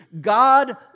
God